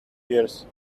years